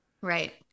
Right